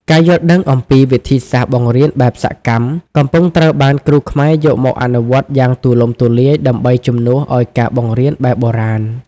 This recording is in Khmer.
ការយល់ដឹងអំពីវិធីសាស្ត្របង្រៀនបែបសកម្ម កំពុងត្រូវបានគ្រូខ្មែរយកមកអនុវត្តយ៉ាងទូលំទូលាយដើម្បីជំនួសឱ្យការបង្រៀនបែបបុរាណ។